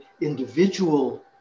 individual